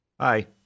Hi